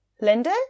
Linda